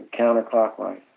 counterclockwise